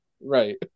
Right